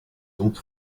donc